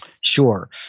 Sure